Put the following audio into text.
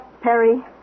Perry